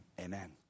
Amen